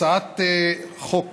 הצעת חוק